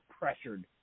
pressured